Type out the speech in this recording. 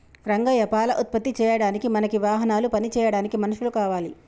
రంగయ్య పాల ఉత్పత్తి చేయడానికి మనకి వాహనాలు పని చేయడానికి మనుషులు కావాలి